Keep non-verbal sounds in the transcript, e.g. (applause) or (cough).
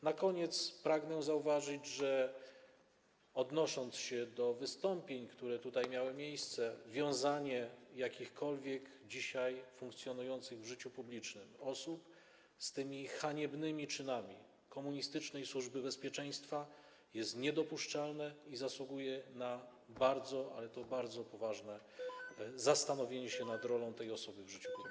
Na koniec pragnę zauważyć, odnosząc się do wystąpień, które tutaj miały miejsce, że wiązanie jakichkolwiek dzisiaj funkcjonujących w życiu publicznym osób z tymi haniebnymi czynami komunistycznej Służby Bezpieczeństwa jest niedopuszczalne i zasługuje na bardzo, ale to bardzo poważne zastanowienie się (noise) nad rolą tej osoby w życiu publicznym.